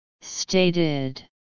Stated